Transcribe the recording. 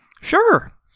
Sure